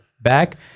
back